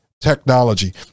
technology